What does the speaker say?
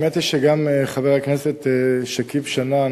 האמת היא שגם חבר הכנסת שכיב שנאן